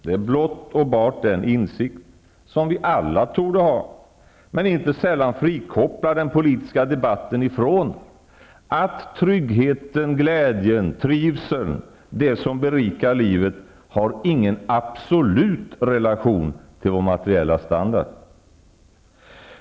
Det är blott och bart den insikt som vi alla torde ha men inte sällan frikopplar den politiska debatten ifrån, nämligen att tryggheten, glädjen, trivseln, det som berikar livet inte har någon absolut relation till vår materiella standard.